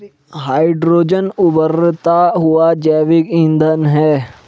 hydrogen उबरता हुआ जैविक ईंधन है